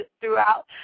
throughout